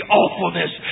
awfulness